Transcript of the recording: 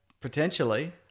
potentially